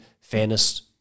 fairness